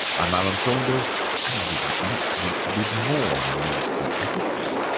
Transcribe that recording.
i'm alan saunders and i'll be back next week with more military ethics,